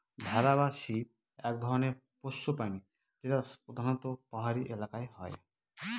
ভেড়া বা শিপ এক ধরনের পোষ্য প্রাণী যেটা প্রধানত পাহাড়ি এলাকায় হয়